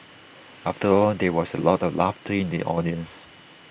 after all there was A lot of laughter in the audience